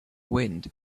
wind